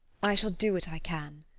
i shall do what i can.